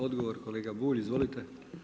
Odgovor kolega Bulj, izvolite.